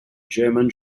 german